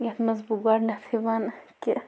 یَتھ منٛز بہٕ گۄڈٕنٮ۪تھٕے وَنہٕ کہِ